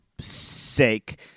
sake